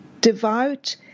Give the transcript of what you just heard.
devout